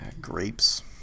Grapes